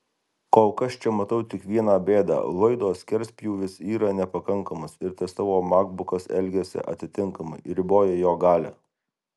kol kas čia matau tik viena bėdą laido skerspjūvis yra nepakankamas ir tas tavo makbukas elgiasi atitinkamai riboja jo galią